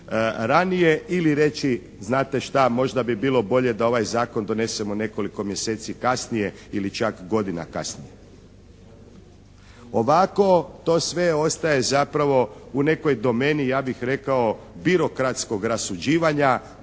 ranije ili reći znate šta možda bi bilo bolje da ovaj zakon donesemo nekoliko mjeseci kasnije ili čak godina kasnije. Ovako to sve ostaje zapravo u nekoj domeni, ja bih rekao birokratskog rasuđivanja,